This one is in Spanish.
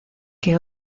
que